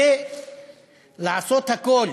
לעשות הכול